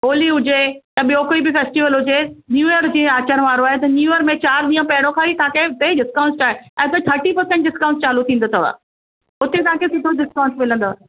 होली हुजे त ॿियो कोई बि फैस्टिवल हुजे न्यू ईयर जीअं अचण वारो आहे त न्यू ईयर में चार ॾींहं पंहिरियों खां ई तव्हांखे डिस्काउंट स्टार्ट ऐं त थर्टी परसेंट डिस्काउंट चालू थींदो अथव उते तव्हांखे सुठो डिस्काउंट मिलंदव